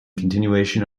continuation